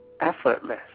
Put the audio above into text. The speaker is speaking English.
effortless